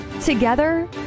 Together